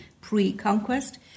pre-conquest